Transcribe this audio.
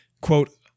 Quote